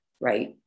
right